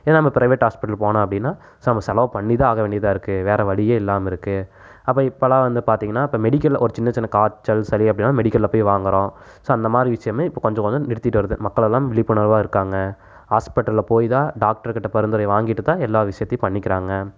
இதே நம்ம private hospital போனேன் அப்படின்னா செ நம்ம செலவு பண்ணி தான் ஆக வேண்டியாதாக இருக்கு வேறு வழியே இல்லாமல் இருக்கு அப்போ இப்போலாம் வந்து பார்த்தீங்கன்னா இப்போ மெடிக்கலில் ஒரு சின்ன சின்ன காய்ச்சல் சளி அப்படின்னா மெடிக்கலில் போய் வாங்குறோம் ஸோ அந்த மாரி விஷயமே இப்போ கொஞ்ச கொஞ்சம் நிறுத்திகிட்டு வருது மக்கள் எல்லாம் விழிப்புணர்வாக இருக்காங்க ஹாஸ்பிட்டலில் போயி தான் டாக்ட்ருகிட்ட பரிந்துரை வாங்கிட்டு தான் எல்லா விஷயத்தையும் பண்ணிக்கிறாங்க